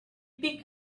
picked